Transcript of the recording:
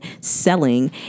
selling